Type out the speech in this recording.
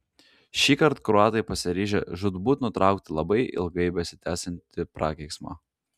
šįkart kroatai pasiryžę žūtbūt nutraukti labai ilgai besitęsiantį prakeiksmą